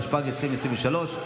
התשפ"ג 2023,